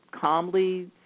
calmly